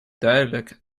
duidelijk